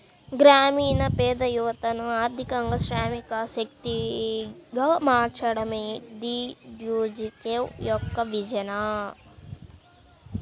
గ్రామీణ పేద యువతను ఆర్థికంగా శ్రామిక శక్తిగా మార్చడమే డీడీయూజీకేవై యొక్క విజన్